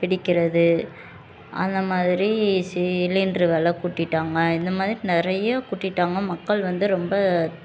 பிடிக்கிறது அந்த மாதிரி சிலிண்ட்ரு வெலை கூட்டிட்டாங்க இந்த மாதிரி நிறைய கூட்டிட்டாங்க மக்கள் வந்து ரொம்ப